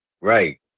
Right